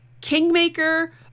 Kingmaker